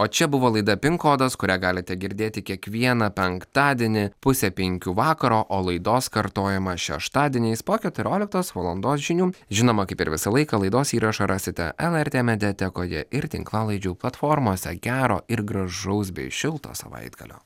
o čia buvo laida pin kodas kurią galite girdėti kiekvieną penktadienį pusę penkių vakaro o laidos kartojimą šeštadieniais po keturioliktos valandos žinių žinoma kaip ir visą laiką laidos įrašą rasite lrt mediatekoje ir tinklalaidžių platformose gero ir gražaus bei šilto savaitgalio